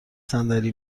صندلی